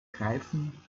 greifen